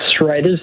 right